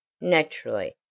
naturally